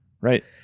right